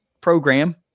program